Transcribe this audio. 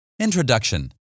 Introduction